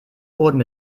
wurden